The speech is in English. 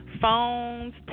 phones